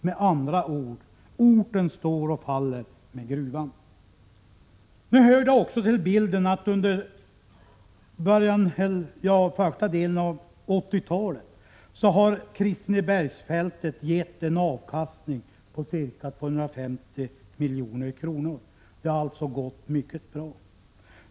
Med andra ord: orten står och faller med gruvan. Det hör också till bilden att under första delen av 1980-talet har Kristinebergsfältet gett en avkastning på ca 250 milj.kr. — det har alltså gått mycket bra.